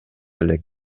элек